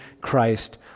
Christ